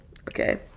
okay